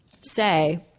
say